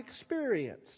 experience